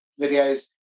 videos